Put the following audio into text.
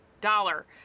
dollar